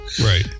Right